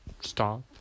stop